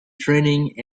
training